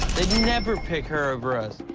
they'd never pick her over us.